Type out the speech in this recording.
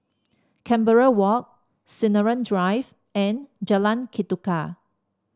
Canberra Walk Sinaran Drive and Jalan Ketuka